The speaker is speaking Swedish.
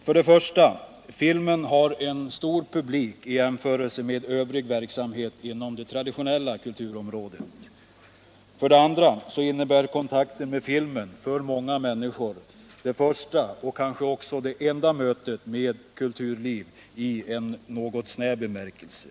För det första: Filmen har en stor publik i jämförelse med övrig verksamhet inom det traditionella kulturområdet. För det andra innebär kontakten med filmen för många människor det första och kanske också det enda mötet med kulturliv i en något snäv bemärkelse.